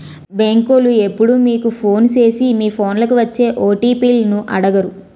బేంకోలు ఎప్పుడూ మీకు ఫోను సేసి మీ ఫోన్లకి వచ్చే ఓ.టి.పి లను అడగరు